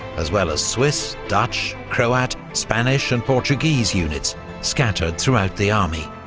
as well as swiss, dutch, croat, spanish and portuguese units scattered throughout the army.